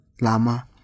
lama